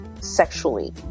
sexually